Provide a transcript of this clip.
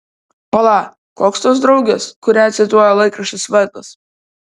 pala koks tos draugės kurią cituoja laikraštis vardas